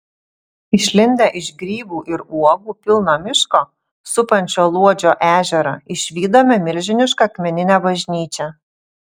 išlindę iš grybų ir uogų pilno miško supančio luodžio ežerą išvydome milžinišką akmeninę bažnyčią